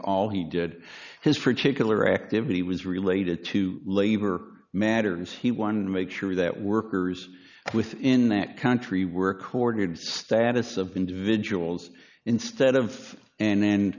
all he did his particular activity was related to labor matter is he one to make sure that workers within that country were accorded status of individuals instead of and then